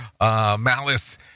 malice